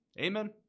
Amen